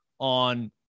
on